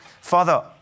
Father